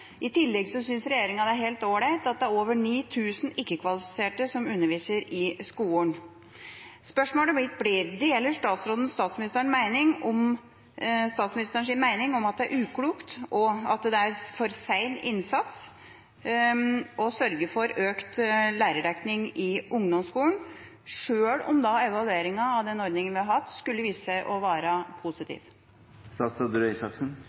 I tillegg synes regjeringa det er helt ålreit at det er over 9 000 ikke-kvalifiserte som underviser i skolen. Spørsmålet mitt blir: Deler statsråden statsministerens mening om at det er uklokt, og at det er for sen innsats å sørge for økt lærerdekning i ungdomsskolen, selv om evalueringen av den ordningen vi har hatt, skulle vise seg å være